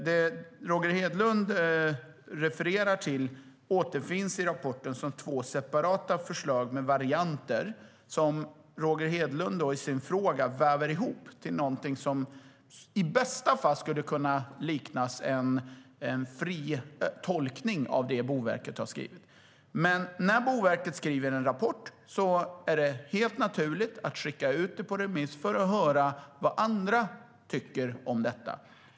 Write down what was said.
Det Roger Hedlund refererar till återfinns i rapporten som två separata förslag med varianter som han i sin fråga väver ihop till någonting som i bästa fall skulle kunna liknas vid en fri tolkning av det Boverket har skrivit. När Boverket skriver en rapport är det helt naturligt att skicka ut den på remiss för att höra vad andra tycker om detta.